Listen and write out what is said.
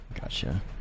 gotcha